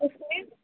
okay